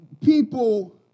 people